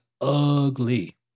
ugly